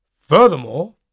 Furthermore